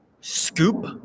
scoop